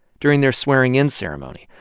during their swearing-in ceremony,